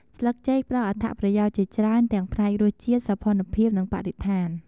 ស្លិកចេកផ្តល់អត្ថប្រយោជន៍ជាច្រើនទាំងផ្នែករសជាតិ សោភ័ណភាព និងបរិស្ថាន។